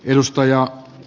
edustaja